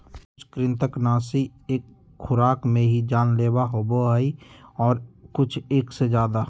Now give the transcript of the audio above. कुछ कृन्तकनाशी एक खुराक में ही जानलेवा होबा हई और कुछ एक से ज्यादा